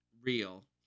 real